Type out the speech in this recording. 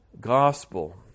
gospel